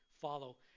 follow